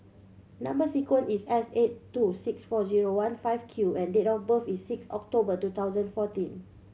number sequence is S eight two six four zero one five Q and date of birth is six October two thousand fourteen